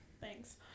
Thanks